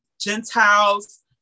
Gentiles